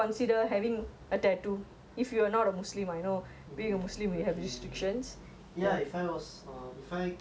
okay okay okay ya if I was if I can ya I would lah oh you're asking me what I would ah what I would put ah